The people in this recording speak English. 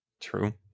True